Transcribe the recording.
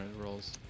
rolls